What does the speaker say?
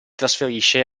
trasferisce